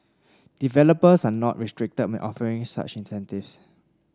developers are not restricted when offering such incentives